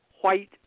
white